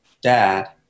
dad